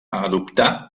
adoptar